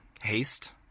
haste